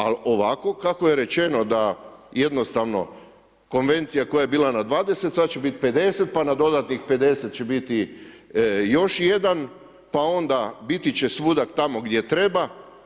Ali ovako kako je rečeno da jednostavno konvencija koja je bila na 20 sada će biti 50, pa na dodatnih 50 će biti još jedan, pa onda biti će svuda tamo gdje treba.